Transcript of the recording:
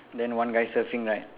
then one guy surfing right